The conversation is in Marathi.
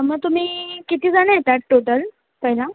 मग तुम्ही किती जण येत आहेत टोटल पाह्यला